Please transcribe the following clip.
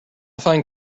find